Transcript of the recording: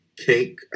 cake